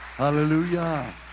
Hallelujah